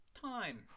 time